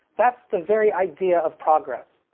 that's the very idea of progress.